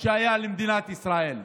שהיה למדינת ישראל.